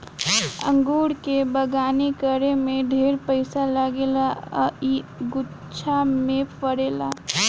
अंगूर के बगानी करे में ढेरे पइसा लागेला आ इ गुच्छा में फरेला